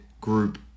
Group